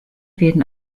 werden